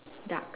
duck